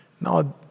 Now